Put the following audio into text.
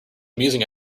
amusing